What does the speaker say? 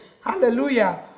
Hallelujah